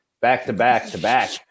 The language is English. back-to-back-to-back